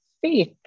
faith